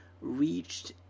reached